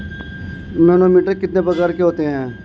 Manometer कितने प्रकार के होते हैं?